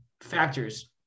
factors